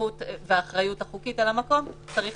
הסמכות והאחריות החוקית על המקום, צריך